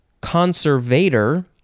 conservator